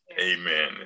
amen